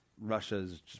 Russia's